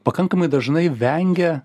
pakankamai dažnai vengia